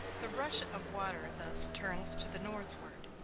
the rush of water thus turns to the northward,